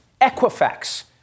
Equifax